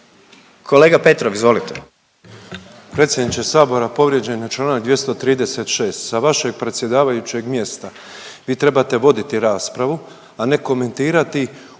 Kolega Petrov, izvolite.